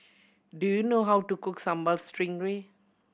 do you know how to cook Sambal Stingray